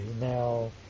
now